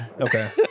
okay